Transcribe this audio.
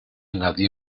nadie